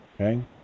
okay